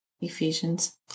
Ephesians